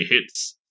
hits